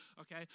okay